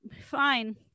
fine